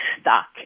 stuck